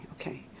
okay